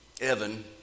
Evan